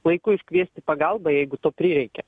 laiku iškviesti pagalbą jeigu to prireikia